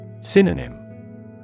Synonym